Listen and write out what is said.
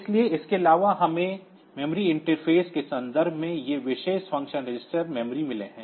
इसलिए इसके अलावा हमें मेमोरी इंटरफ़ेस के संदर्भ में ये विशेष फ़ंक्शन रजिस्टर मेमोरी मिले हैं